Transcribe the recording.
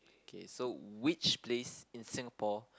okay so which place in Singapore